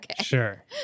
sure